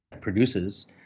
produces